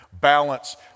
balance